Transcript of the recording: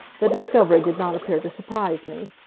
the discovery did not appear to surprise me.